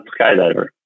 skydiver